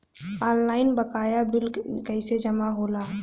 Online बकाया bill कैसे जमा होला?